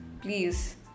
please